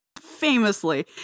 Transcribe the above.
famously